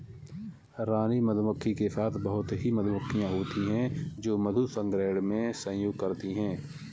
रानी मधुमक्खी के साथ बहुत ही मधुमक्खियां होती हैं जो मधु संग्रहण में सहयोग करती हैं